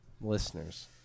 listeners